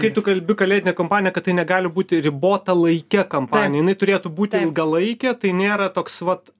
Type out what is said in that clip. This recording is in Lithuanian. kai tu kalbi kalėdinė kampanija kad tai negali būti ribota laike kampanija jinai turėtų būti ilgalaikė tai nėra toks vat